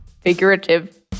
figurative